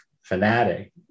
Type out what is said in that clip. fanatic